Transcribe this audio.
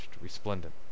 resplendent